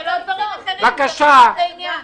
זה לא דברים אחרים, זה שייך לעניין.